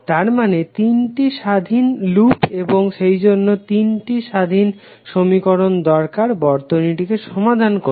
তারমানে তিনটি স্বাধীন লুপ এবং সেইজন্য তিনটি স্বাধীন সমীকরণ দরকার বর্তনীটিকে সমাধান করতে